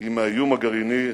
עם האיום הגרעיני האירני.